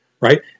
Right